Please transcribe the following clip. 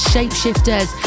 shapeshifters